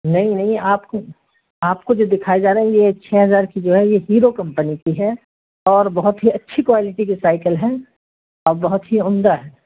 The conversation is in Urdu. نہیں نہیں آپ کو آپ کو جو دکھایا جا رہا ہے یہ چھ ہزار کی جو ہے یہ ہیرو کمپنی کی ہے اور بہت ہی اچھی کوالٹی کی سائیکل ہے اور بہت ہی عمدہ ہے